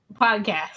podcast